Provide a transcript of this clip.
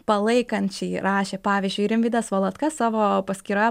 palaikančiai rašė pavyzdžiui rimvydas valatka savo paskyroje